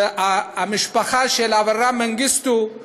והמשפחה של אברה מנגיסטו,